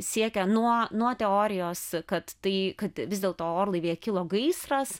siekia nuo nuo teorijos kad tai kad vis dėlto orlaivyje kilo gaisras